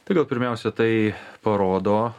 tai gal pirmiausia tai parodo